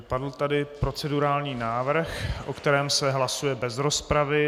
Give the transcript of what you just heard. Padl tady procedurální návrh, o kterém se hlasuje bez rozpravy.